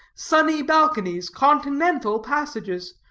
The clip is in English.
sunny balconies, confidential passages,